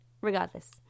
Regardless